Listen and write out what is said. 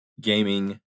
gaming